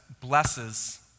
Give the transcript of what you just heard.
blesses